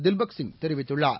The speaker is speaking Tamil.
தில்பக் சிங் தெரிவித்துள்ளார்